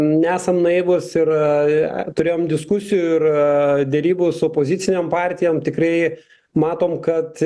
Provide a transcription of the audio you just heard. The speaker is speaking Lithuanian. nesam naivūs ir turėjom diskusijų ir derybų su opozicinėm partijom tikrai matom kad